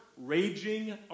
raging